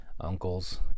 uncles